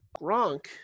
Gronk